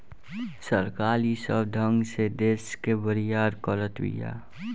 सरकार ई सब ढंग से देस के बरियार करत बिया